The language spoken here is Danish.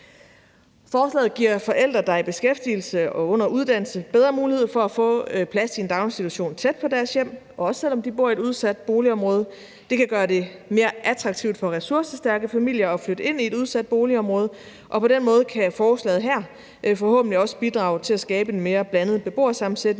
Forslaget giver forældre, der er i beskæftigelse og under uddannelse, bedre mulighed for at få plads i en daginstitution tæt på deres hjem, også selv om de bor i et udsat boligområde. Det kan gøre det mere attraktivt for ressourcestærke familier at flytte ind i et udsat boligområde, og på den måde kan forslaget her forhåbentlig også bidrage til at skabe en mere blandet beboersammensætning